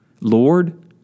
Lord